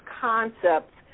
concepts